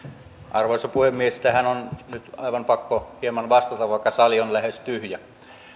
arvoisa puhemies tähän on nyt aivan pakko hieman vastata vaikka sali on lähes tyhjä